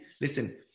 Listen